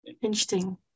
Interesting